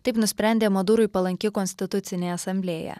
taip nusprendė madurui palanki konstitucinė asamblėja